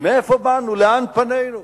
מאיפה באנו, לאן פנינו,